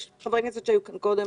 יש חברי כנסת שהיו כאן קודם